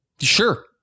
Sure